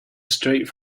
straight